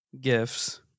gifts